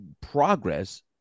progress